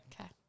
Okay